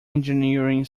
engineering